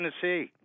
Tennessee